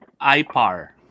IPAR